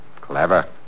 Clever